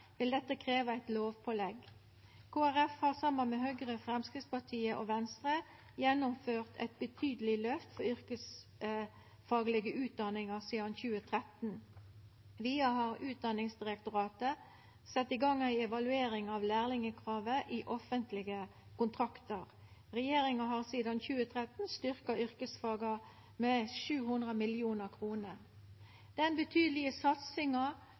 vil dette krevja eit lovpålegg. Kristeleg Folkeparti har saman med Høgre, Framstegspartiet og Venstre gjennomført eit betydeleg løft for yrkesfaglege utdanningar sidan 2013. Vidare har Utdanningsdirektoratet sett i gang ei evaluering av lærlingkravet i offentlege kontraktar. Regjeringa har sidan 2013 styrkt yrkesfaga med 700 mill. kr. Den betydelege satsinga